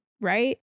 right